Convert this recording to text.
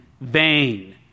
vain